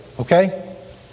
Okay